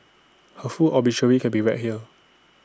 her full obituary can be read here